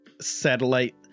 satellite